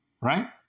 Right